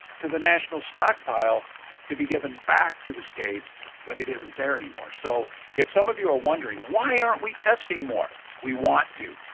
to the national stockpile to be given back to the states but it isn't there anymore. so if some of you are wondering why? we testing more? we want to.